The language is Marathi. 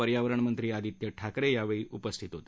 पर्यावरणमंत्री आदित्य ठाकरे यावेळी उपस्थित होते